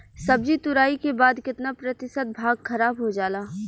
सब्जी तुराई के बाद केतना प्रतिशत भाग खराब हो जाला?